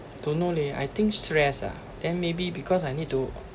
don't know leh I think stress ah then maybe because I need to